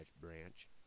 branch